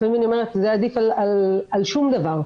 לפעמים אני אומרת שזה עדיף על שום דבר.